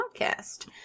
Podcast